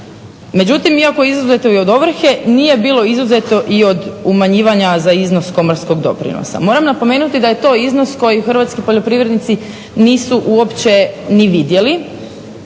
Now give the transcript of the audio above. Međutim iako je izuzeto i od ovrhe nije bilo izuzeto i od umanjivanja za iznos komorskog doprinosa. Moram napomenuti da je to iznos koji hrvatski poljoprivrednici nisu opće ni vidjeli